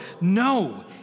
No